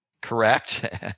correct